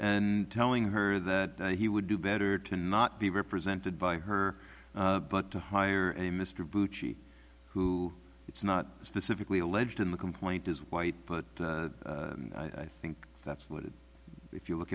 and telling her that he would do better to not be represented by her but to hire a mr bucci who it's not specifically alleged in the complaint is white but i think that's what it if you look